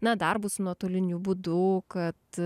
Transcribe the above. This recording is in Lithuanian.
na darbus nuotoliniu būdu kad